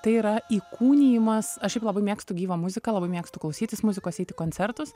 tai yra įkūnijimas aš šiaip labai mėgstu gyvą muziką labai mėgstu klausytis muzikos eiti į koncertus